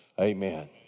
Amen